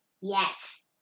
Yes